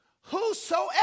whosoever